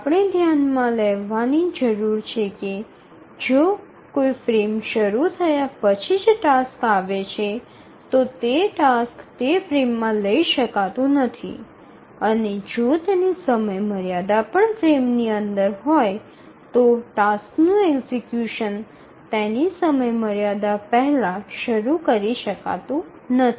આપણે ધ્યાનમાં લેવાની જરૂર છે કે જો કોઈ ફ્રેમ શરૂ થયા પછી જ ટાસ્ક આવે છે તો તે ટાસ્ક તે ફ્રેમમાં લઈ શકાતું નથી અને જો તેની સમયમર્યાદા પણ ફ્રેમની અંદર હોય તો ટાસ્કનું એક્ઝિકયુશન તેની સમયમર્યાદા પહેલાં શરૂ કરી શકાતું નથી